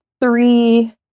three